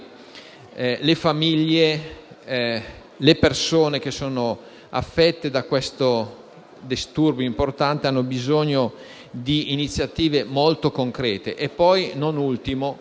le famiglie e le persone affette da questo disturbo importante hanno bisogno proprio di iniziative molto concrete.